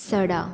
सडा